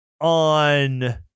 on